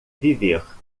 viver